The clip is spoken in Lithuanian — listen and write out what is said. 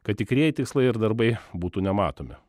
kad tikrieji tikslai ir darbai būtų nematomi